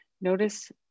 Notice